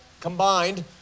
combined